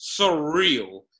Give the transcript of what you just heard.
surreal